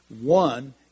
One